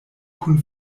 kun